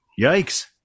Yikes